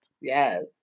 Yes